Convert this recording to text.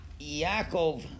Yaakov